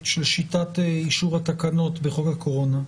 של שיטת אישור התקנות בחוק הקורונה.